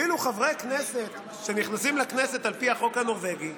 ואילו חברי כנסת שנכנסים לכנסת לפי החוק הנורבגי,